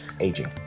aging